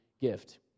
gift